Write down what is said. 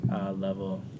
level